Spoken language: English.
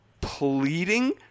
pleading